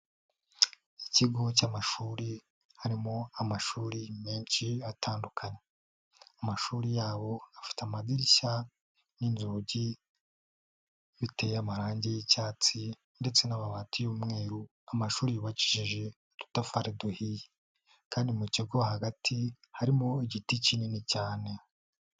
Ikigo cy'amashuri, harimo amashuri menshi atandukanye, amashuri yabo afite amadirishya n'inzugi biteye amarangi y'icyatsi, ndetse n'amabati y'umweru, amashuri yubakishije udutafari duhiye, kandi mu kigo hagati harimo igiti kinini cyane.